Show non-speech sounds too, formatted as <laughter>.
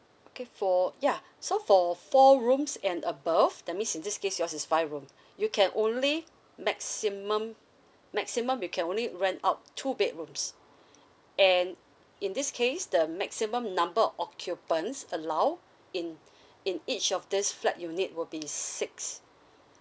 okay for ya so for four rooms and above that means in this case yours is five room you can only maximum maximum you can only rent out two bedrooms and in this case the maximum number occupants allow in <breath> in each of this flat unit will be six